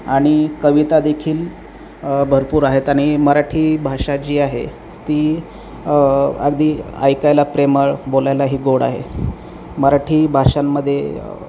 आणि कविता देखील भरपूर आहेत आणि मराठी भाषा जी आहे ती अगदी ऐकायला प्रेमळ बोलायला ही गोड आहे मराठी भाषांमध्ये